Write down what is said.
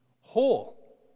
whole